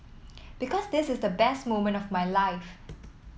because this is the best moment of my life